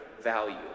value